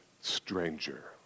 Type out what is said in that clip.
stranger